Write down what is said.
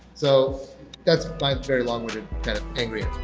so that's my very longwinded kind of angry